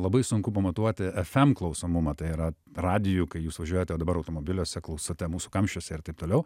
labai sunku pamatuoti fm klausomumą tai yra radiju kai jūs važiuojate dabar automobiliuose klausote mūsų kamščiuose ir taip toliau